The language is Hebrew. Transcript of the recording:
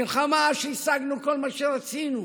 מלחמה שהשגנו בה כל מה שרצינו.